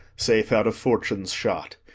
safe out of fortune's shot,